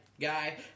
guy